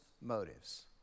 motives